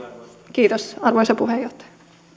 kiitos arvoisa puheenjohtaja